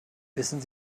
wissen